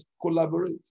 collaborate